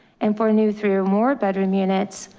and for new, through more bedroom units,